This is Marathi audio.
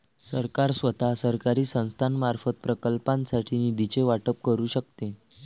सरकार स्वतः, सरकारी संस्थांमार्फत, प्रकल्पांसाठी निधीचे वाटप करू शकते